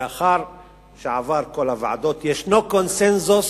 לאחר שעבר את כל הוועדות, יש קונסנזוס